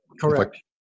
Correct